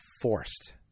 forced